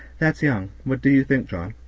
that's young what do you think, john?